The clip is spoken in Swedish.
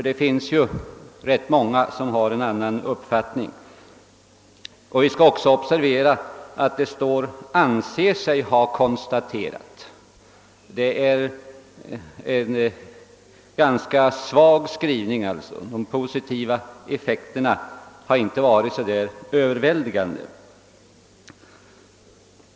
Det finns ju många som har en annan uppfattning. Vi skall vidare observera att det står »anser sig ha konstaterat». Skrivningen är följaktligen ganska svag, och de positiva effekterna har inte varit särskilt överväldigande.